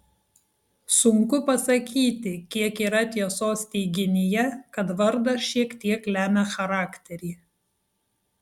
sunku pasakyti kiek yra tiesos teiginyje kad vardas šiek tiek lemia charakterį